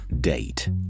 Date